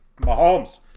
Mahomes